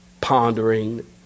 pondering